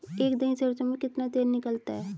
एक दही सरसों में कितना तेल निकलता है?